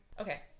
Okay